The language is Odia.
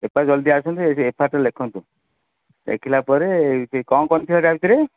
ଏଫ୍ ଆଇ ଆର ଜଲ୍ଦି ଆସନ୍ତୁ ଏଇଠି ଏଫ୍ଆଇଆରଟା ଲେଖନ୍ତୁ ଲେଖିଲା ପରେ ସେ କ'ଣ କ'ଣ ଥିଲା ତା' ଭିତରେ